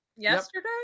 Yesterday